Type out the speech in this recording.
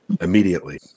immediately